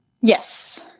Yes